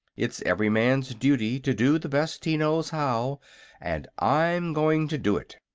it's every man's duty to do the best he knows how and i'm going to do it.